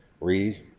read